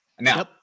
Now